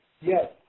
Yes